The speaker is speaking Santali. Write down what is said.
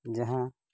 ᱡᱟᱦᱟᱸ